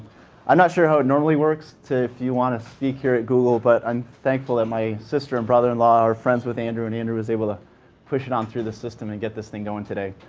i'm not sure how it normally works if you want to speak here at google, but i'm thankful that my sister and brother-in-law are friends with andrew and andrew was able to push it on through the system and get this thing going today.